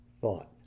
thought